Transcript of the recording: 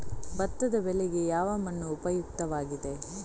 ಭತ್ತದ ಬೆಳೆಗೆ ಯಾವ ಮಣ್ಣು ಉಪಯುಕ್ತವಾಗಿದೆ?